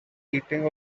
eating